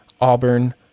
Auburn